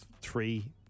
three